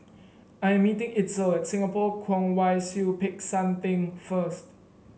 I am meeting Itzel Singapore Kwong Wai Siew Peck San Theng first